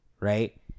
right